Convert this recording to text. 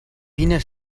wiener